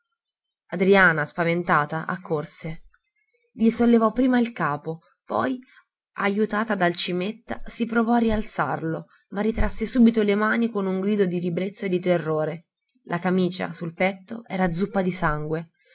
adriana spaventata accorse gli sollevò prima il capo poi ajutata dal cimetta si provò a rialzarlo ma ritrasse subito le mani con un grido di ribrezzo e di terrore la camicia sul petto era zuppa di sangue